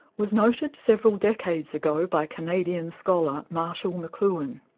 was noted several decades ago by canadian scholar marshall mcluhan.